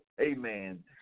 Amen